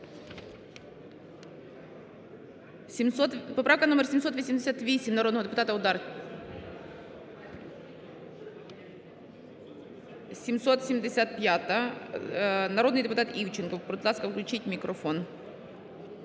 Поправка номер 810, народний депутат Рябчин. Будь ласка, включіть мікрофон.